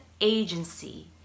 agency